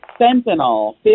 fentanyl